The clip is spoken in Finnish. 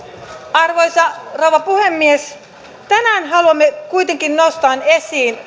arvoisa rouva puhemies tänään haluamme kuitenkin nostaa esiin